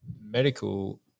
medical